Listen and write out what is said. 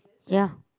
ya